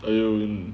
are you in